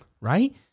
right